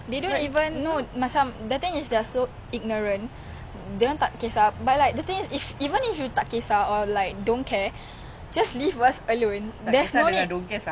then like just leave us alone if you don't understand us you know you don't respect us also there's no need to like bash us just leave us alone